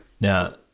Now